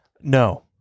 No